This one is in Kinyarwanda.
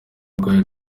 urwaye